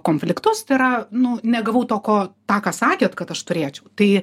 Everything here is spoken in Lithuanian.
konfliktus tai yra nu negavau to ko tą ką sakėt kad aš turėčiau tai